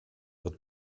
wird